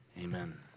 amen